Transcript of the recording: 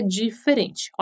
diferente